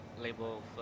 label